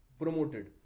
promoted